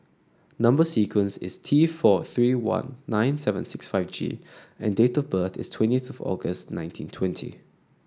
number sequence is T four three one nine seven six five G and date of birth is twenty eight August nineteen twenty